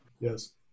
Yes